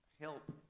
help